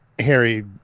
harry